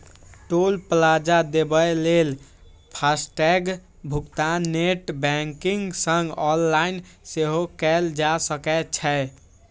टोल plaza देबय लेल FASTag भुगतान नेट बैंकिंग सं ऑनलाइन सेहो कैल जा सकै छै